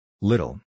Little